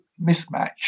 mismatch